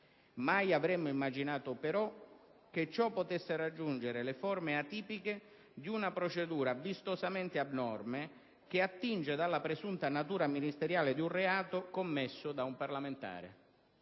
Mai avremmo immaginato però che ciò potesse raggiungere le forme atipiche di una procedura vistosamente abnorme che attinge dalla presunta natura ministeriale di un reato commesso da un parlamentare.